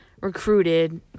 recruited